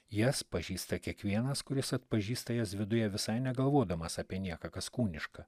jas pažįsta kiekvienas kuris atpažįsta jas viduje visai negalvodamas apie nieką kas kūniška